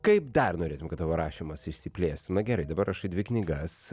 kaip dar norėtum kad tavo rašymas išsiplėstų na gerai dabar rašai dvi knygas